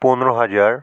পনেরো হাজার